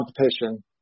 competition